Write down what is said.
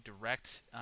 direct